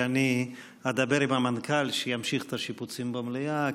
שאני אדבר עם המנכ"ל שימשיך את השיפוצים במליאה,